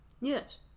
Yes